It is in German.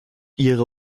ihre